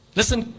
listen